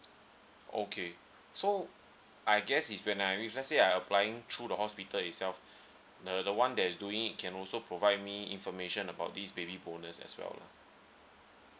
okay so I guess is when I if let's say I applying through the hospital itself the the one that is doing can also provide me information about this baby bonus as well lah